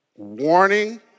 Warning